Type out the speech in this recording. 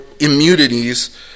immunities